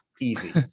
easy